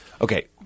Okay